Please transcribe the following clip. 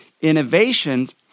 innovations